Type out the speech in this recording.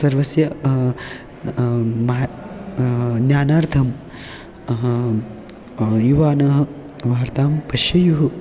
सर्वस्य मा ज्ञानार्थं युवानः वार्तां पश्येयुः